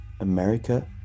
America